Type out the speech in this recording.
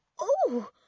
Oh